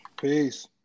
Peace